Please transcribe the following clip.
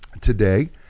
today